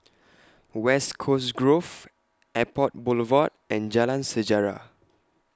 West Coast Grove Airport Boulevard and Jalan Sejarah